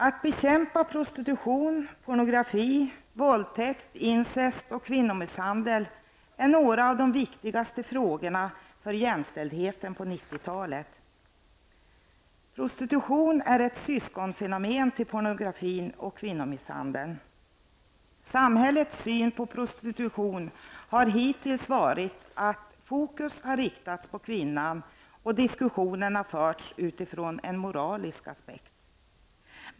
Att bekämpa prostitution, pornografi, våldtäkt, incest och kvinnomisshandel är några av de viktigaste frågorna för jämställdheten på 90 Prostitutionen är ett syskonfenomen till pornografin och kvinnomisshandeln. Samhällets syn på prostitution har hittills inneburit att fokus har riktats på kvinnan, och diskussionen har förts utifrån en moralisk aspekt.